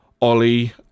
Ollie